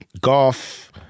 golf